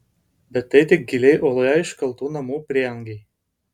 bet tai tik giliai uoloje iškaltų namų prieangiai